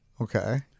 Okay